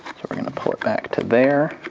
so i'm gonna pull it back to there,